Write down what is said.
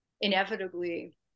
inevitably